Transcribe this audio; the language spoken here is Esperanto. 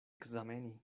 ekzameni